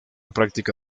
práctica